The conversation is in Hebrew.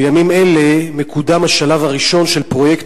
בימים אלה מקודם השלב הראשון של הפרויקט